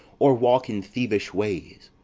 or walk in thievish ways,